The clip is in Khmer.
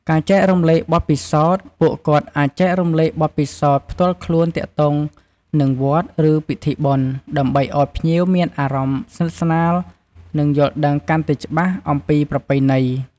ពុទ្ធបរិស័ទតែងជួយថែរក្សាទ្រព្យសម្បត្តិវត្តអារាមឲ្យបានគង់វង្ស និងប្រើប្រាស់បានយូរអង្វែង សម្រាប់ប្រយោជន៍ដល់អ្នកចូលរួម និងភ្ញៀវទាំងអស់។